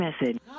message